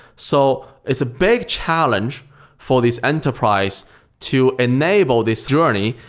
so it's a big challenge for this enterprise to enable this journey,